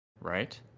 right